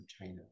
China